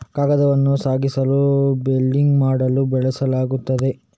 ಕಾಗದವನ್ನು ಸಾಗಿಸಲು ಬೇಲಿಂಗ್ ಮಾಡಲು ಬಳಸಲಾಗುತ್ತದೆ